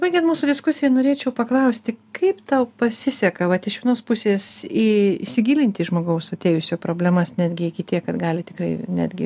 baigiant mūsų diskusiją norėčiau paklausti kaip tau pasiseka vat iš vienos pusės į įsigilinti į žmogaus atėjusio problemas netgi iki tiek kad gali tikrai netgi